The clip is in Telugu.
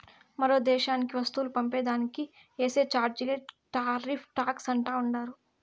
మరో దేశానికి వస్తువులు పంపే దానికి ఏసే చార్జీలే టార్రిఫ్ టాక్స్ అంటా ఉండారు